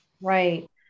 Right